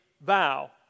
vow